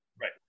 Right